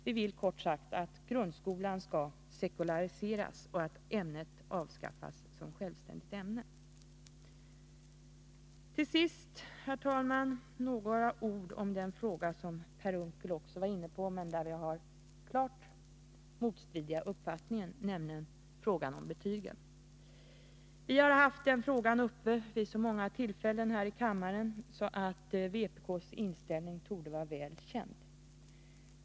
Vi vill kort sagt att grundskolan skall sekulariseras och att religionsämnet avskaffas som självständigt ämne. Till sist, herr talman, några ord om en fråga som Per Unckel också var inne på men där vi har klart motstridiga uppfattningar, nämligen frågan om betygen. Vi har diskuterat denna fråga här i kammaren vid så många tillfällen att vpk:s inställning torde vara väl känd.